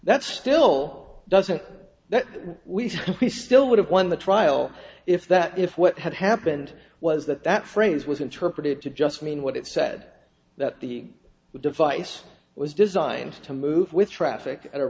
that still doesn't that we think we still would have won the trial if that if what had happened was that that phrase was interpreted to just mean what it said that the device was designed to move with traffic at a